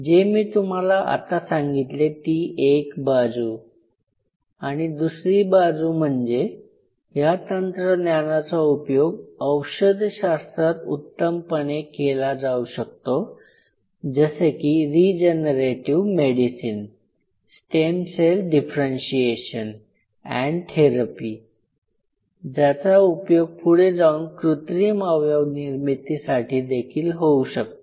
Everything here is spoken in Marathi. जे मी तुम्हाला आता सांगितले ती एक बाजू आणि दुसरी बाजू म्हणजे या तंत्रज्ञानाचा उपयोग औषधशास्त्रात उत्तमपणे केला जाऊ शकतो जसे की regenerative medicine stem cell differentiation and therapy ज्याचा उपयोग पुढे जाऊन कृत्रिम अवयव निर्मितीसाठी देखील होऊ शकतो